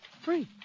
free